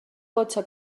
cotxe